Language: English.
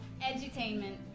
Edutainment